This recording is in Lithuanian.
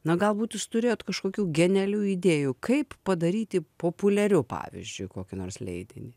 na galbūt jūs turėjot kažkokių genialių idėjų kaip padaryti populiariu pavyzdžiui kokį nors leidinį